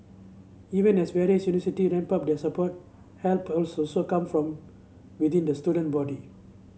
even as various university ramp up their support help come from within the student body